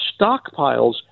stockpiles